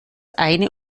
eine